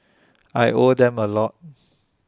I owe them A lot